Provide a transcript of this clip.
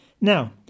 Now